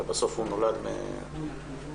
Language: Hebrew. הרי בסוף הוא נולד מן החיים.